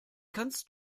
kannst